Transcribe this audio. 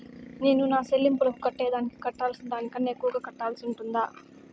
నేను నా సెల్లింపులకు కట్టేదానికి కట్టాల్సిన దానికన్నా ఎక్కువగా కట్టాల్సి ఉంటుందా?